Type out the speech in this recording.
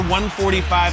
145